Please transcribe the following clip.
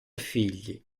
figli